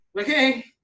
okay